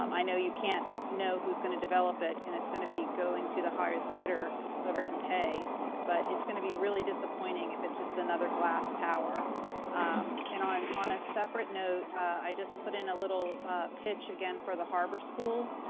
um i know you can't know who's going to develop it and it's gonna be going to the highest bidder. whoever can pay but it's be really disappointing if it's just another glass tower and on on a separate note. i just put in a little pitch again for the harbor school,